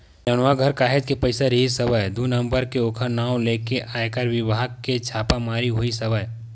फेलनवा घर काहेच के पइसा रिहिस हवय दू नंबर के ओखर नांव लेके आयकर बिभाग के छापामारी होइस हवय